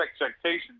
expectations